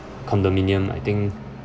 condominium I think